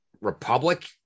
republic